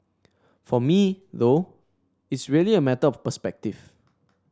for me though it's really a matter of perspective